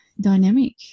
dynamic